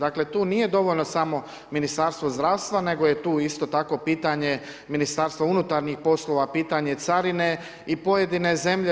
Dakle, tu nije dovoljno samo Ministarstvo zdravstvo, nego je tu isto tako pitanje Ministarstva unutarnjih poslova, pitanje carine i pojedine zemlje.